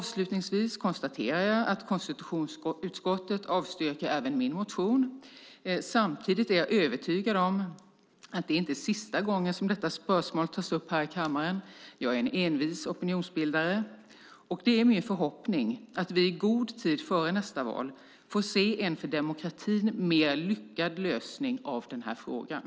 Avslutningsvis konstaterar jag att konstitutionsutskottet avstyrker min motion i ämnet. Samtidigt är jag övertygad om att det inte är sista gången som detta spörsmål tas upp här i kammaren. Jag är en envis opinionsbildare, och det är min förhoppning att vi i god tid före nästa riksdagsval får se en för demokratin mer lyckad lösning av frågan.